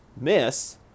miss